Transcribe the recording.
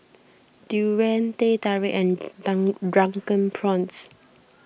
Durian Teh Tarik and Drunken Prawns